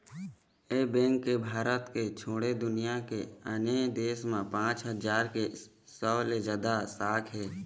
ए bank के भारत के छोड़े दुनिया के आने देश म पाँच हजार एक सौ ले जादा शाखा हे